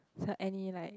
so any like